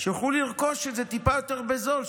שיוכלו לרכוש את זה טיפה יותר בזול,